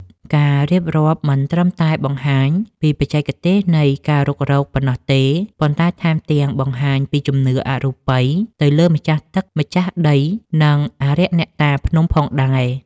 ការរៀបរាប់មិនត្រឹមតែបង្ហាញពីបច្ចេកទេសនៃការរុករកប៉ុណ្ណោះទេ ប៉ុន្តែថែមទាំងបង្ហាញពីជំនឿអរូបីទៅលើម្ចាស់ទឹកម្ចាស់ដី និងអារក្សអ្នកតាភ្នំផងដែរ។